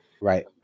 right